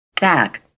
Back